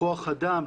כוח אדם,